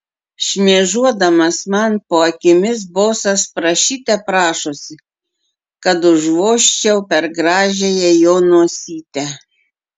šmėžuodamas man po akimis bosas prašyte prašosi kad užvožčiau per gražiąją jo nosytę